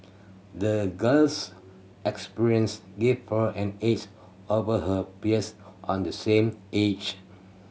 the girl's experience gave her an edge over her peers on the same age